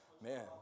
Man